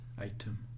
item